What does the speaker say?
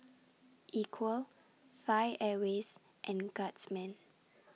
Equal Thai Airways and Guardsman